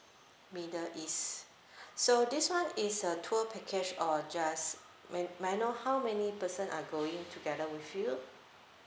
middle east so this one is a tour package or just may may I know how many person are going together with you